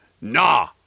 Nah